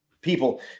people